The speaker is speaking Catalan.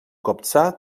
copsar